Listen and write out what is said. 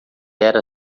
era